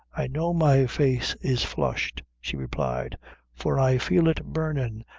i know my face is flushed, she replied for i feel it burnin',